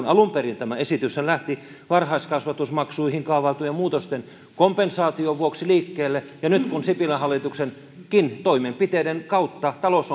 alun perinhän tämä esitys lähti varhaiskasvatusmaksuihin kaavailtujen muutosten kompensaation vuoksi liikkeelle ja nyt kun sipilän hallituksenkin toimenpiteiden kautta talous